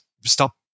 stop